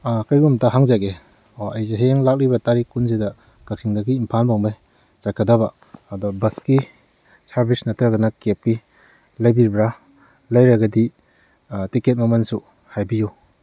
ꯀꯩꯒꯨꯝꯕ ꯑꯝꯇ ꯍꯪꯖꯒꯦ ꯑꯣ ꯑꯩꯁꯦ ꯍꯌꯦꯡ ꯂꯥꯛꯂꯤꯕ ꯇꯥꯔꯤꯛ ꯀꯨꯟꯁꯤꯗ ꯀꯛꯆꯤꯡꯗꯒꯤ ꯏꯝꯐꯥꯜ ꯕꯥꯎꯃꯩ ꯆꯠꯀꯗꯕ ꯑꯗꯨꯗ ꯕꯁꯀꯤ ꯁꯔꯚꯤꯁ ꯅꯠꯇ꯭ꯔꯒꯅ ꯀꯦꯞꯀꯤ ꯂꯩꯕꯤꯕ꯭ꯔꯥ ꯂꯩꯔꯒꯗꯤ ꯇꯤꯛꯀꯦꯠ ꯃꯃꯟꯁꯨ ꯍꯥꯏꯕꯤꯎ